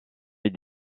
est